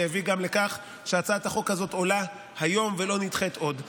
שהביא גם לכך שהצעת החוק הזאת עולה היום ולא נדחית עוד,